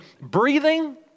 breathing